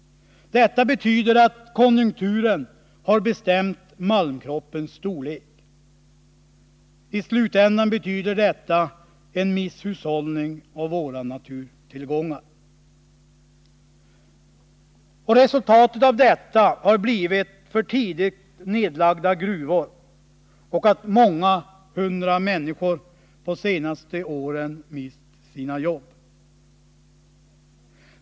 Detta betyder att konjunkturen har bestämt malmkroppens storlek. I slutändan betyder detta en misshushållning med våra naturtillgångar. Resultatet av detta har blivit för tidigt nedlagda gruvor, och det har medfört att många hundra människor under de senaste åren mist sina jobb.